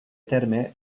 terme